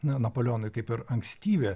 na napoleonui kaip ir ankstyvi